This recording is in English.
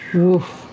oof.